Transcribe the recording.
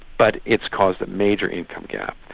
but it's caused a major income gap,